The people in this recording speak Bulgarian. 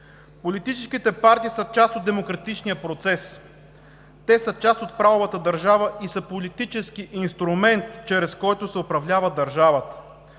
Политическите партии са част от демократичния процес, част от правовата държава и са политически инструмент, чрез който се управлява държавата.